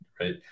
Right